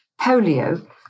polio